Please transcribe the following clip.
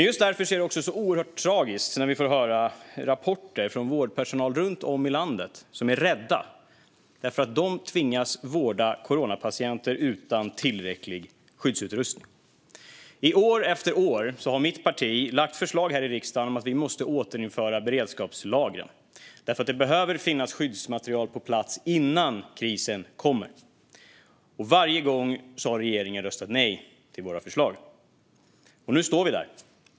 Just därför är det oerhört tragiskt att få höra rapporter från vårdpersonal runt om i landet som är rädda därför att de tvingas att vårda coronapatienter utan tillräcklig skyddsutrustning. År efter år har mitt parti lagt fram förslag här i riksdagen om att vi måste återinföra beredskapslagren, för det behöver finnas skyddsmaterial på plats innan en kris kommer. Varje gång har regeringen röstat nej till våra förslag, och nu står vi där.